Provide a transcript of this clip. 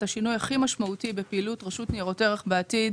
השינוי הכי משמעותי בפעילות רשות ניירות ערך בעתיד